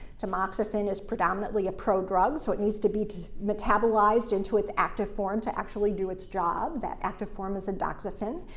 tamoxifen is predominately a pro-drug so it needs to be metabolized into its active form to actually do its job that active form is endoxifen.